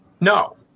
No